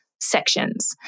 sections